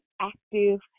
active